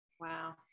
Wow